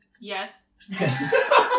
Yes